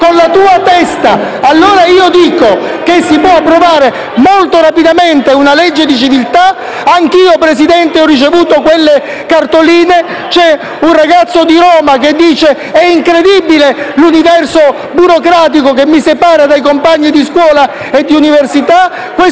la sua testa. Allora io dico che si può approvare molto rapidamente una legge di civiltà. Anch'io, signor Presidente, ho ricevuto quelle cartoline. C'è un ragazzo di Roma che dice: «È incredibile l'universo burocratico che mi separa dai compagni di scuola e di università». Questo